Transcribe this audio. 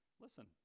listen